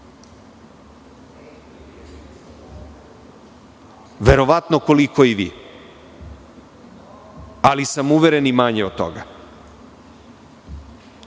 Verovatno koliko i vi, ali sam uveren - i manje od toga. Kada